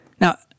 Now